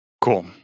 Cool